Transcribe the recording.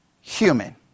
human